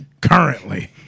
currently